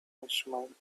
instruments